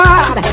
God